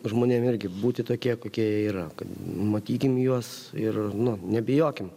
žmonėm irgi būti tokie kokie jie yra kad matykime juos ir nu nebijokim